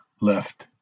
left